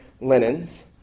linens